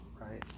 right